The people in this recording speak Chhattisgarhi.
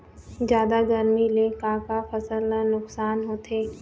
जादा गरमी ले का का फसल ला नुकसान होथे?